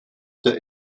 der